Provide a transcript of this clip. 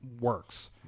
works